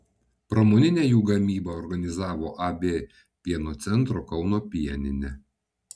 pramoninę jų gamybą organizavo ab pieno centro kauno pieninė